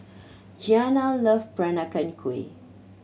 Giana love Peranakan Kueh